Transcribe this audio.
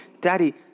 Daddy